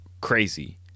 crazy